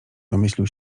domyślił